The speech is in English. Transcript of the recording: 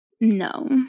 No